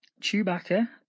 Chewbacca